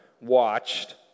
watched